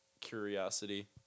curiosity